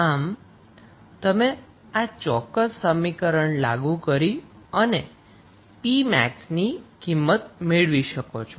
આમ તમે આ ચોક્કસ સમીકરણ લાગુ કરી અને p max ની કિંમત મેળવી શકો છો